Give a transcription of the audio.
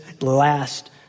last